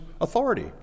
authority